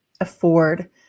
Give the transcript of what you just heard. afford